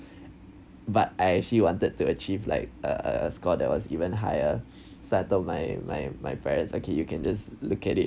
but I actually wanted to achieve like a a a score that was even higher so I told my my my parents okay you can just look at it